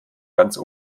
ganz